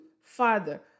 Father